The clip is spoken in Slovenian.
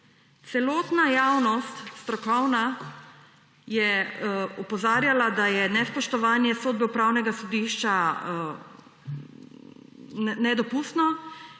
Celotna strokovna javnost je opozarjala, da je nespoštovanje sodbe Upravnega sodišča nedopustno